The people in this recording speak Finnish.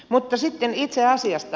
mutta sitten itse asiasta